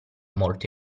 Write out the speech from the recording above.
molto